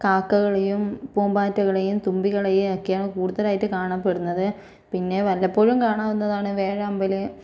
കാക്കകളെയും പൂമ്പാറ്റകളെയും തുമ്പികളെയും ഒക്കെയാണ് കൂടുതലായിട്ട് കാണപ്പെടുന്നത് പിന്നെ വല്ലപ്പോഴും കാണാവുന്നതാണ് വേഴാമ്പൽ